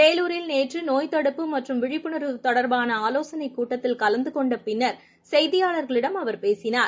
வேலூரில் நேற்று நோய்த் தடுப்பு மற்றும் விழிப்புணர்வு தொடர்பாளஆலோசனைக் கூட்டத்தில் கலந்துகொண்டபின்னர் செய்தியாளர்களிடம் அவர் பேசினார்